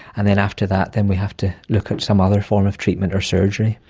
and then after that then we have to look at some other form of treatment or surgery.